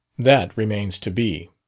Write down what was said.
that remains to be.